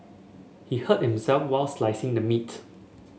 he hurt himself while slicing the meat